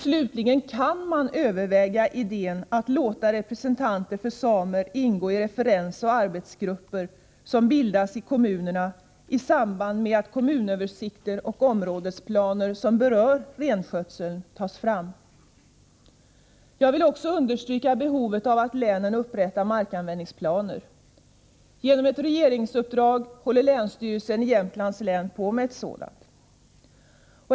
Slutligen kan man överväga idén att låta representanter för samer ingå i referensoch arbetsgrupper som bildas i kommunerna i samband med att kommunöversikter och områdesplaner som rör renskötsel tas fram. Jag vill också understryka behovet av att länen upprättar markanvändningsplaner. Genom ett regeringsuppdrag håller länsstyrelsen i Jämtlands län på med en sådan.